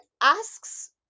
asks